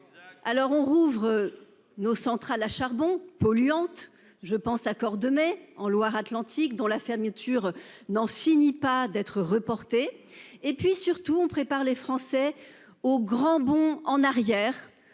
Alors on rouvre. Nos centrales à charbon polluantes. Je pense à Cordemais, en Loire-Atlantique dont la fermeture n'en finit pas d'être reportée. Et puis surtout on prépare les Français au grand bond en arrière